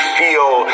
feel